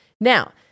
Now